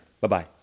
Bye-bye